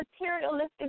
materialistic